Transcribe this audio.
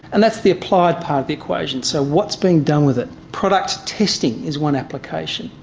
and that's the applied part of the equation so what's being done with it? product testing is one application.